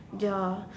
ya